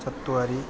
चत्वारि